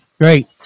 great